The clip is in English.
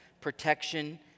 protection